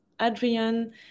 Adrian